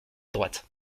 droite